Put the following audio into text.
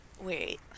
Wait